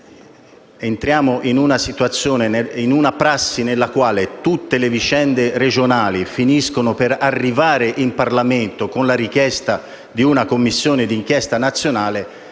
entriamo in una prassi nella quale tutte le vicende regionali finiscono per arrivare in Parlamento, con la richiesta di istituire una Commissione d'inchiesta nazionale